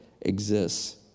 exists